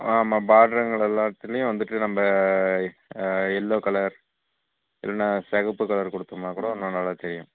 ஆமாம் பார்டருங்கள எல்லாத்துலையும் வந்துட்டு நம்ம எல்லா கலர் இல்லைன்னா சிகப்பு கலர் கொடுத்தோம்னா கூட ந நல்லா தெரியும்